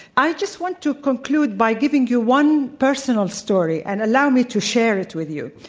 i just want to conclude by giving you one personal story and allow me to share it with you.